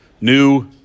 New